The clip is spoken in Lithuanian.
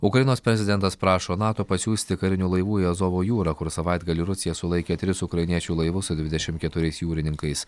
ukrainos prezidentas prašo nato pasiųsti karinių laivų į azovo jūrą kur savaitgalį rusija sulaikė tris ukrainiečių laivus su dvidešimt keturiais jūrininkais